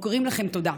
מכירים לכם תודה.